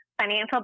Financial